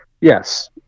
Yes